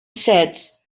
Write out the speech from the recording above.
sets